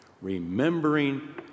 remembering